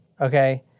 okay